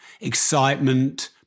excitement